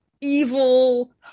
evil